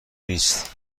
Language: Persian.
نیست